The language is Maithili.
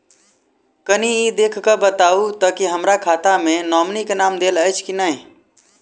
कनि ई देख कऽ बताऊ तऽ की हमरा खाता मे नॉमनी केँ नाम देल अछि की नहि?